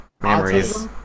Memories